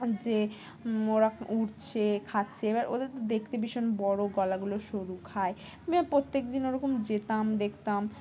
যে ওরা উঠছে খাচ্ছে এবার ওদের তো দেখতে ভীষণ বড়ো গলাগুলো সরু খায় প্রত্যেক দিন ওরকম যেতাম দেখতাম